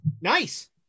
Nice